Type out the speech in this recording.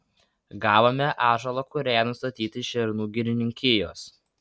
gavome ąžuolo kurėnui statyti iš šernų girininkijos